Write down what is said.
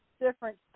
different